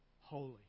holy